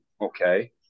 okay